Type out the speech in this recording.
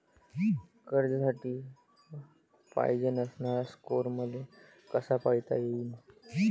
कर्जासाठी पायजेन असणारा स्कोर मले कसा पायता येईन?